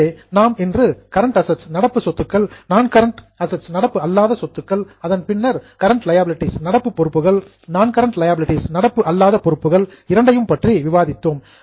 எனவே நாம் இன்று கரண்ட் அசட்ஸ் நடப்பு சொத்துக்கள் நான் கரண்ட் அசட்ஸ் நடப்பு அல்லாத சொத்துக்கள் அதன் பின்னர் கரண்ட் லியாபிலிடீஸ் நடப்பு பொறுப்புகள் நான் கரண்ட் லியாபிலிடீஸ் நடப்பு அல்லாத பொறுப்புகள் இரண்டையும் பற்றி விவாதித்தோம்